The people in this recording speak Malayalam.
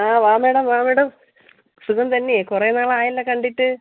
ആ വാ മേഡം വാ മേഡം സുഖം തന്നേ കുറേ നാളായല്ലൊ കണ്ടിട്ട്